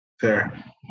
fair